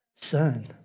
son